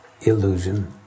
Illusion